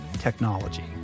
technology